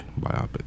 biopic